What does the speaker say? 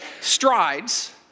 strides